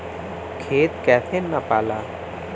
खेत कैसे नपाला?